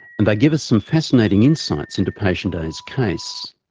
and they give us some fascinating insights into patient a's case.